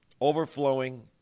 overflowing